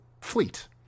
fleet